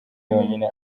yonyine